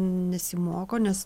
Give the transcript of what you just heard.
nesimoko nes